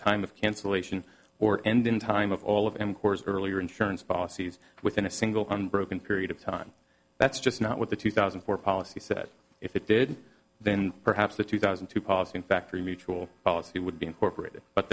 time of cancellation or end in time of all of em corps earlier insurance policies within a single unbroken period of time that's just not what the two thousand and four policy said if it did then perhaps the two thousand two pozen factory mutual policy would be incorporated but